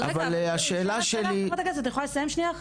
אבל השאלה שלי --- אני יכולה לסיים שניה אחת?